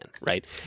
right